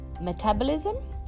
metabolism